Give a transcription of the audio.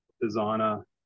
designer